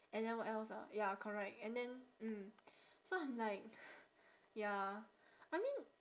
and then what else ah ya correct and then mm so I'm like ya I mean